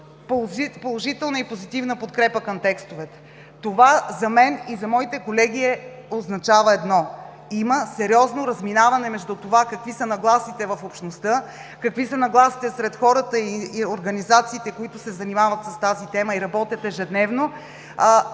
положителна и позитивна подкрепа към текстовете. Това за мен и за моите колеги означава едно – има сериозно разминаване между това какви са нагласите в общността, какви са нагласите сред хората и организациите, които се занимават с тази тема и работят ежедневно,